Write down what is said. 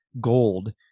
gold